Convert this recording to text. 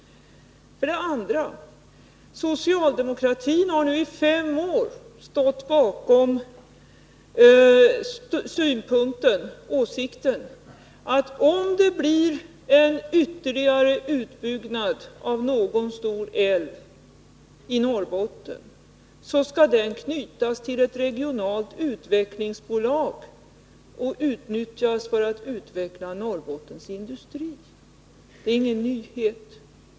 För det andra: Socialdemokratin har nu i fem år stått bakom åsikten att om det blir en ytterligare utbyggnad av någon stor älv i Norrbotten, så skall den knytas till ett regionalt utvecklingsbolag och utnyttjas för att utveckla Norrbottens industri. Det är ingen nyhet.